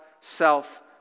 self